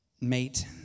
mate